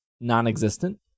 non-existent